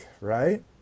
right